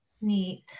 Neat